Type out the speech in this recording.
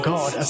God